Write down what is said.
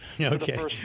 okay